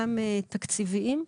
גם תקציביים,